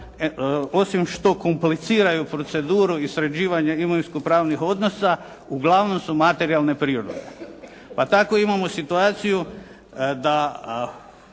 osmim što kompliciraju proceduru i sređivanje imovinskopravnih odnosa, uglavnom su materijalne prirode. Pa tako imamo situaciju da